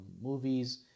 movies